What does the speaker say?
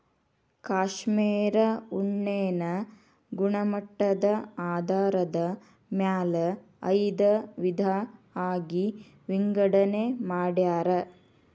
cashmere ಉಣ್ಣೆನ ಗುಣಮಟ್ಟದ ಆಧಾರದ ಮ್ಯಾಲ ಐದ ವಿಧಾ ಆಗಿ ವಿಂಗಡನೆ ಮಾಡ್ಯಾರ